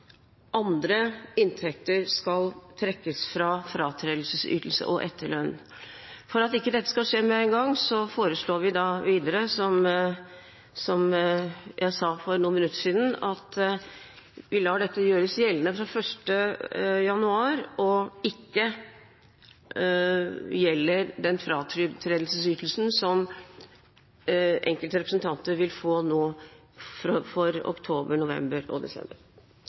andre inntekter skal trekkes fra fratredelsesytelser og etterlønn. For at ikke dette skal skje med en gang, foreslår vi videre, som jeg sa for noen minutter siden, at dette gjøres gjeldende fra 1. januar, og ikke gjelder den fratredelsesytelsen som enkelte representanter nå vil få for oktober, november og desember.